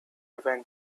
went